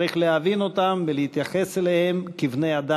צריך להבין אותם ולהתייחס אליהם כאל בני-אדם,